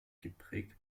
geprägt